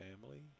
family